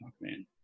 man